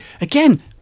again